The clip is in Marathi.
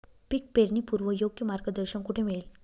पीक पेरणीपूर्व योग्य मार्गदर्शन कुठे मिळेल?